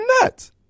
nuts